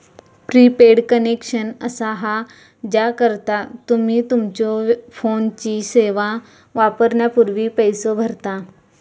prepaid connection असा हा ज्याकरता तुम्ही तुमच्यो फोनची सेवा वापरण्यापूर्वी पैसो भरता